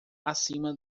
acima